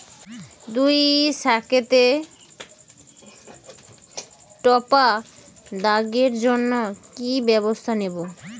পুই শাকেতে টপা দাগের জন্য কি ব্যবস্থা নেব?